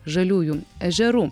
žaliųjų ežerų